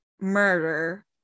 murder